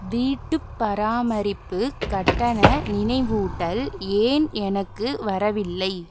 வீட்டுப் பராமரிப்பு கட்டண நினைவூட்டல் ஏன் எனக்கு வரவில்லை